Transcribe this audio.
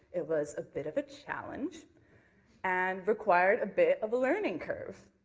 it was a bit of a challenge and required a bit of a learning curve.